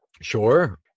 Sure